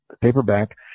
paperback